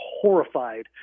horrified